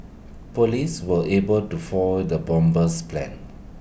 Police were able to foil the bomber's plans